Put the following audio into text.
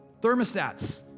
Thermostats